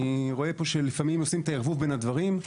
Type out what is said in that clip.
אני רואה פה שלפעמים עושים את הערבוב בין הדברים.